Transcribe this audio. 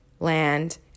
land